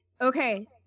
Okay